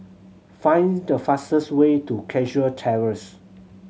find the fastest way to Cashew Terrace